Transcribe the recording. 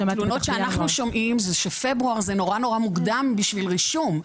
התלונות שאנחנו שומעים זה שפברואר זה נורא מוקדם בשביל רישום.